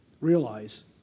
realize